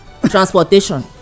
Transportation